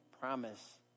promise